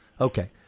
Okay